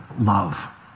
love